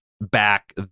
back